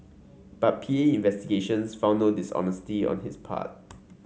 but P A investigations found no dishonesty on his part